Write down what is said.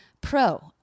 Pro